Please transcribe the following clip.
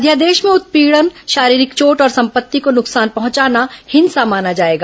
अध्यादेश में उत्पीड़न शारीरिक चोट और संपत्ति को नुकसान पहुंचाना हिंसा माना जाएगा